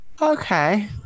Okay